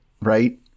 right